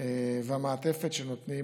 והמעטפת שנותנים